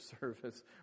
service